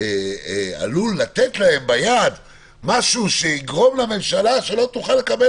עלול לתת להם ביד משהו שיגרום לממשלה שלא תוכל לקבל